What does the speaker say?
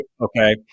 okay